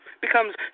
becomes